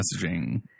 messaging